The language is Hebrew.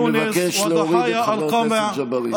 אני מבקש להוריד את חבר הכנסת ג'בארין.